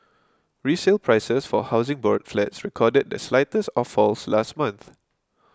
resale prices for Housing Board flats recorded the slightest of falls last month